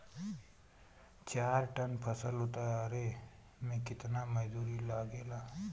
चार टन फसल उतारे में कितना मजदूरी लागेला?